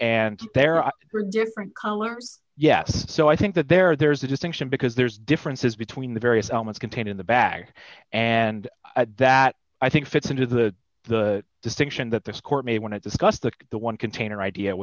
and there are different colors yes so i think that there there's a distinction because there's differences between the various elements contained in the bag and that i think fits into the the distinction that this court may want to discuss that the one container idea